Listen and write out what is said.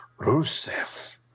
Rusev